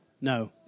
No